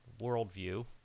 worldview